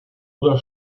oder